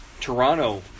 Toronto